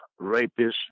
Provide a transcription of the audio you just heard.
rapists